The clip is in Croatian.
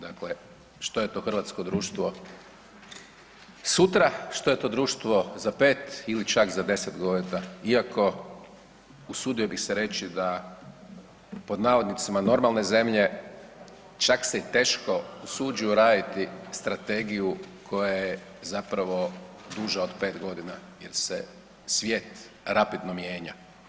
Dakle, što je to hrvatsko društvo sutra, što je to društvo za 5 ili čak za 10.g. iako, usudio bi se reći, da pod navodnicima normalne zemlje čak se i teško usuđuju raditi strategiju koja je zapravo duža od 5.g. jer se svijet rapidno mijenja.